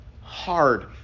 hard